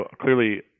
Clearly